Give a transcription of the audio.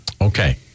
Okay